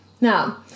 Now